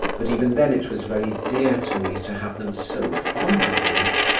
but even then it was very dear to me, to have them so fond of me.